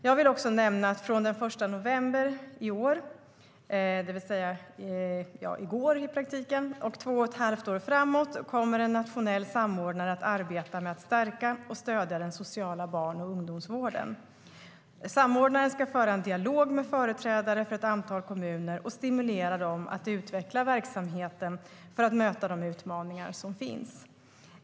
Jag vill också nämna att från den 1 november i år, det vill säga i praktiken från i går, och två och ett halvt år framåt kommer en nationell samordnare att arbeta med att stärka och stödja den sociala barn och ungdomsvården. Samordnaren ska föra en dialog med företrädare för ett antal kommuner och stimulera dem att utveckla verksamheterna för att möta de utmaningar som finns.